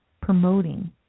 promoting